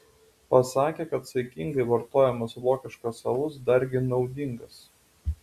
pasakė kad saikingai vartojamas vokiškas alus dargi naudingas